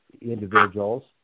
individuals